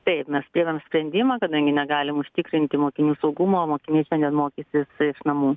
taip mes priėmėm sprendimą kadangi negalim užtikrinti mokinių saugumo mokiniai šiandien mokysis visi iš namų